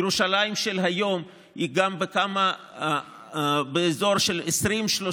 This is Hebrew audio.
ירושלים של היום היא גם באזור של 20 30